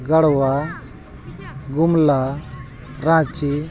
Garhwa Gumla Ranchi